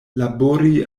labori